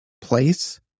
place